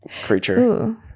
creature